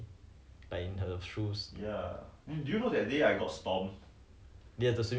yes and ya difficult lah to be